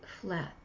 flat